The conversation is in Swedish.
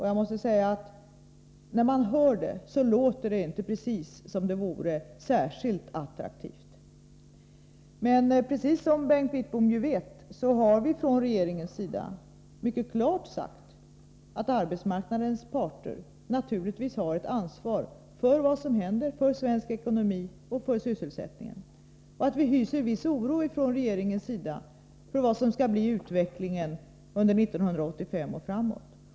Jag måste säga att när man hör det så låter det inte precis som om det vore särskilt attraktivt. Men som Bengt Wittbom ju vet har vi från regeringens sida mycket klart sagt att arbetsmarknadens parter naturligtvis har ett ansvar för vad som händer med svensk ekonomi och med sysselsättningen och att vi från regeringens sida hyser viss oro för utvecklingen under 1985 och framåt.